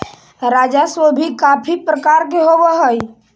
राजस्व भी काफी प्रकार के होवअ हई